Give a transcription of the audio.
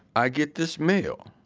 i get this mail,